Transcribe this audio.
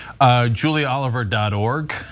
julieoliver.org